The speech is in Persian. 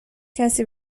کسی